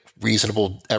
reasonable